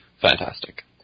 fantastic